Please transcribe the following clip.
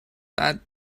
that